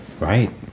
Right